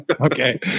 Okay